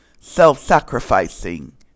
self-sacrificing